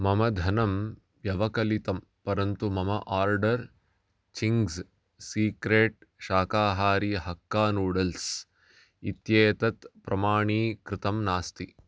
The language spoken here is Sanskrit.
मम धनं व्यवकलितं परन्तु मम आर्डर् चिङ्ग्स् सीक्रेट् शाकाहारी हक्का नूड्ल्स् इत्येतत् प्रमाणीकृतं नास्ति